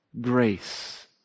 grace